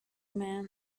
men